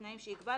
בתנאים שיקבע,